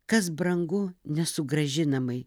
kas brangu nesugrąžinamai